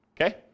Okay